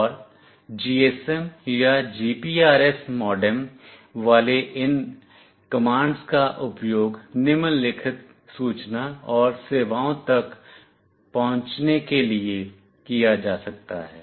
और GSM या GPRS modem वाले इन कमांड्स का उपयोग निम्नलिखित सूचना और सेवाओं तक पहुंचने के लिए किया जा सकता है